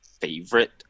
favorite